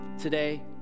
today